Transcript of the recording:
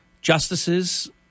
justices